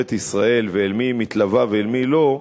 ישראל ואל מי היא מתלווה ואל מי לא,